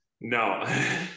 No